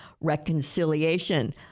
reconciliation